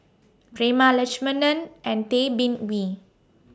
Prema Letchumanan and Tay Bin Wee